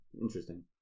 interesting